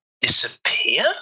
disappear